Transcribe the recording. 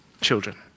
children